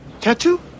Tattoo